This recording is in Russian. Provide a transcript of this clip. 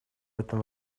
этом